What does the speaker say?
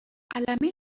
قلمه